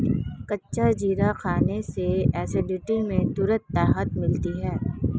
कच्चा जीरा खाने से एसिडिटी में तुरंत राहत मिलती है